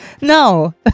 No